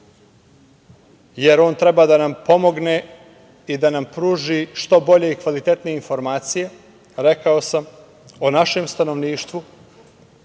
jer on treba da nam pomogne i da nam pruži što bolje i kvalitetnije informacije, rekao sam o našem stanovništvu,